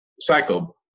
cycle